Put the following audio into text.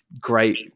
great